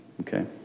Okay